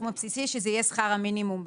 הבסיסי" שזה יהיה שכר המינימום במשק.